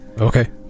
Okay